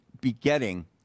begetting